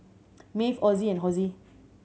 Maeve Ozzie and Hosie